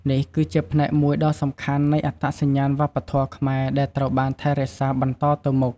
នេះគឺជាផ្នែកមួយដ៏សំខាន់នៃអត្តសញ្ញាណវប្បធម៌ខ្មែរដែលត្រូវបានថែរក្សាបន្តទៅមុខ។